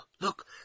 Look